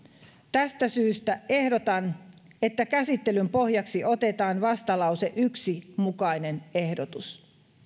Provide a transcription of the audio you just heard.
tästä syystä ehdotan että käsittelyn pohjaksi otetaan vastalauseen yhden mukainen ehdotus